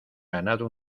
ganado